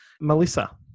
Melissa